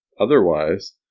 otherwise